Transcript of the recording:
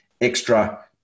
extra